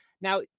Now